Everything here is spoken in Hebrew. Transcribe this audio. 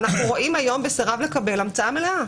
אנחנו רואים היום ב"סירב לקבל" המצאה מלאה.